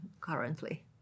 currently